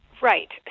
Right